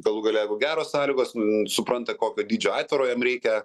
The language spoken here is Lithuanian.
galų gale jeigu geros sąlygos supranta kokio dydžio aitvaro jiem reikia